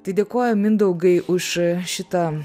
tai dėkoju mindaugai už šitą